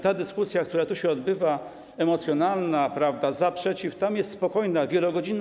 Ta dyskusja, która tu się odbywa, emocjonalna, za, przeciw, tam jest spokojna, wielogodzinna.